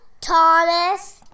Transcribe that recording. Thomas